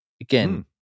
Again